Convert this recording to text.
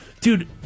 dude